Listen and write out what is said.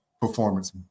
performance